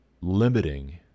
limiting